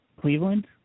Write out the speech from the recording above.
cleveland